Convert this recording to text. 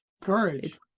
courage